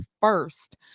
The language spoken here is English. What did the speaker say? first